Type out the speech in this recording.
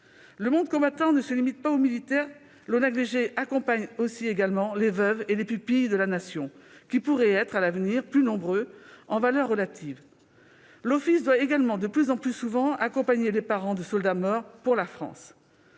Le monde combattant ne se limite pas aux militaires. L'ONAVG accompagne également les veuves et les pupilles de la Nation, qui pourraient être, à l'avenir, plus nombreux en valeur relative. L'Office doit également, de plus en plus souvent, accompagner les parents de soldats morts pour la France.